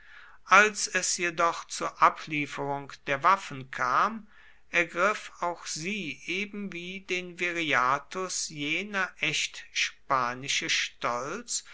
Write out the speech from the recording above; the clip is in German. als es jedoch zur ablieferung der waffen kam ergriff auch sie eben wie den viriathus jener echt spanische stolz